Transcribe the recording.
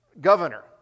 governor